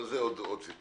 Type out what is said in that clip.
אבל זה עוד סיפור.